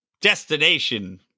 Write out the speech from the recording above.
destination